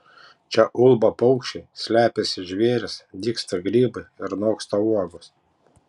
čia ulba paukščiai slepiasi žvėrys dygsta grybai ir noksta uogos